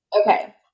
Okay